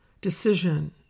decision